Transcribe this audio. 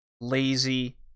lazy